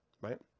Right